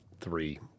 three